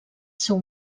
seu